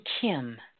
Kim